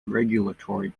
regulatory